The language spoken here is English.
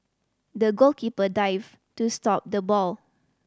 the goalkeeper dived to stop the ball